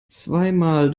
zweimal